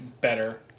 better